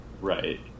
right